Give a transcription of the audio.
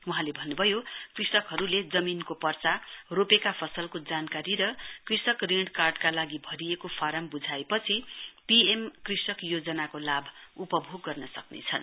वहाँले भन्नभयो कृषकहरूले जमीनको पर्चा रोपेका फसलको जानकारी र कृषक ऋण कार्डका लागि भरिएको फारम बुझाएपछि पी एम कृषक योजनाको लाभ उपभोग गर्न सक्नेछन्